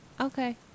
Okay